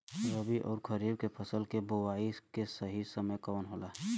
रबी अउर खरीफ के फसल के बोआई के सही समय कवन होला?